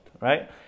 right